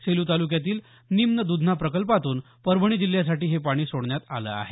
सेलू तालुक्यातील निम्न दुधना प्रकल्पातून परभणी जिल्ह्यासाठी हे पाणी सोडण्यात आलं आहे